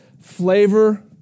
flavor